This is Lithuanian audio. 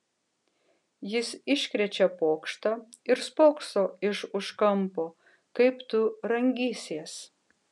jis iškrečia pokštą ir spokso iš už kampo kaip tu rangysies